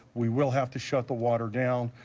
we will have to shut the water down.